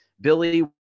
Billy